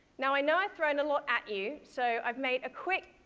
now, i know i've thrown a lot at you, so i've made a quick,